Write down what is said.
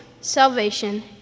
salvation